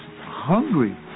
hungry